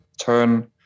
turn